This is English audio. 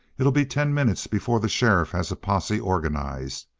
it'll be ten minutes before the sheriff has a posse organized.